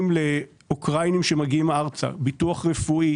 לאוקראינים שמגיעים לארץ: ביטוח רפואי,